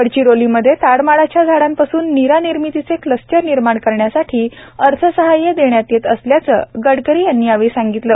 गडचिरोलीमध्ये ताड माडाच्या झाडांपासून निरा निर्मितीचे क्लस्टर निर्माण करण्यासाठी अर्थसहाय्य देण्यात येत आहे असेही गडकरींनी यावेळी सांगितलं